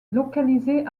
localisé